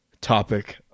topic